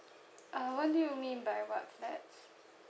ah what do you mean by what that